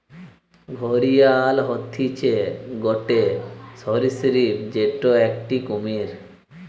ঘড়িয়াল হতিছে গটে সরীসৃপ যেটো একটি কুমির